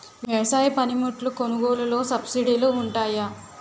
వ్యవసాయ పనిముట్లు కొనుగోలు లొ సబ్సిడీ లు వుంటాయా?